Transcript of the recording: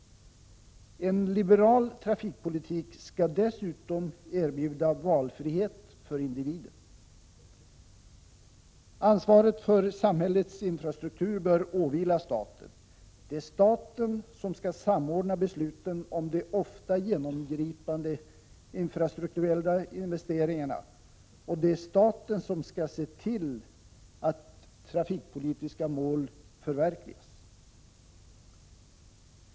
En liberal trafikpolitik skall dessutom erbjuda valfrihet för individen. Ansvaret för samhällets infrastruktur bör åvila staten. Det är staten som skall samordna besluten om de ofta genomgripande infrastrukturella investeringarna, och det är staten som skall se till att de trafikpolitiska målen förverkligas.